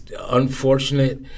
unfortunate